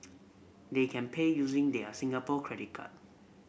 they can pay using their Singapore credit card